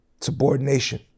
subordination